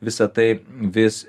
visa tai vis